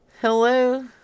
hello